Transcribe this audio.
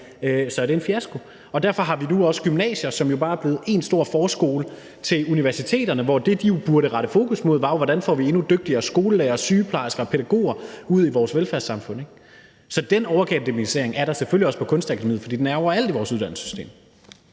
op, er det en fiasko. Derfor har vi nu også gymnasier, som jo bare er blevet en stor forskole til universiteterne, hvor det, de burde rette deres fokus mod, var, hvordan vi får endnu dygtigere skolelærere, sygeplejersker og pædagoger ud i vores velfærdssamfund. Så den overakademisering er der selvfølgelig også på Kunstakademiet, for den er overalt i vores uddannelsessystem.